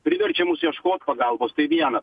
priverčia mus ieškot pagalbos tai viena